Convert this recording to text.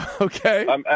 Okay